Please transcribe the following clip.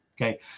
Okay